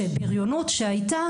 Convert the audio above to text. שבריונות שהייתה,